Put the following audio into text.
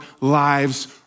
lives